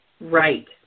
Right